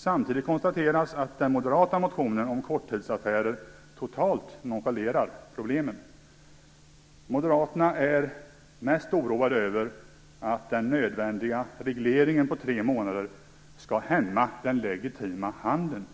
Samtidigt konstaterar jag att den moderata motionen om korttidsaffärer totalt nonchalerar problemen. Moderaterna är mest oroade över att den nödvändiga regleringen på tre månader skall hämma den legitima handeln.